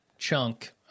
chunk